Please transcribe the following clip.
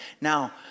Now